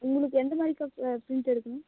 உங்களுக்கு எந்த மாதிரி அக்கா பிரிண்ட் எடுக்கணும்